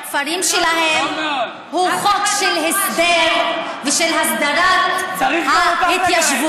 אבן הוא חלק מטרור, צריך גם אותו לחסל.